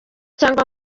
cyangwa